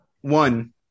One